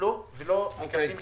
נפלו ולא מקבלים כלום.